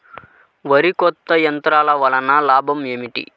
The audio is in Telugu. వరి కోత యంత్రం వలన లాభం ఏమిటి?